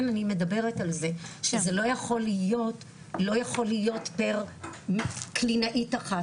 אני מדברת על זה שזה לא יכול להיות פר קלינאית אחת,